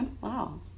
wow